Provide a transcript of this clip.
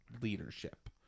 leadership